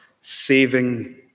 saving